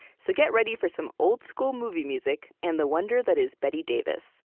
so get ready for some old school movie music and the wonder that is bette davis